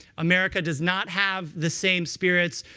america does not have the same spirits.